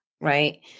Right